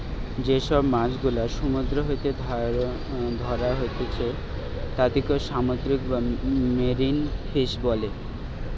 যে সব মাছ গুলা সমুদ্র হইতে ধ্যরা হতিছে তাদির সামুদ্রিক বা মেরিন ফিশ বোলে